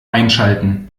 einschalten